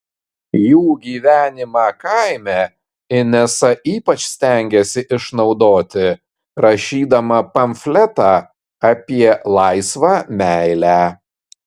jų gyvenimą kaime inesa ypač stengėsi išnaudoti rašydama pamfletą apie laisvą meilę